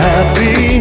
Happy